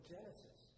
Genesis